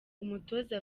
umutoza